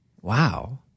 Wow